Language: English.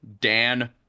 Dan